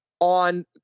on